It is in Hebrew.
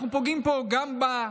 אנחנו פוגעים פה גם בה,